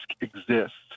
exists